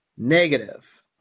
Negative